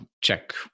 check